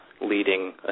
leading